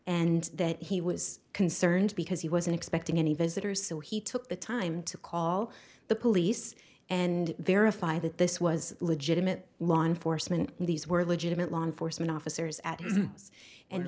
and that he was concerned because he wasn't expecting any visitors so he took the time to call the police and verify that this was legitimate law enforcement and these were legitimate law enforcement officers at